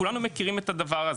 כולנו מכירים את הדבר הזה.